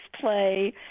play